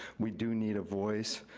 we do need a voice.